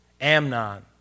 Amnon